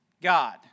God